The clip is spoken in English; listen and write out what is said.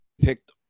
picked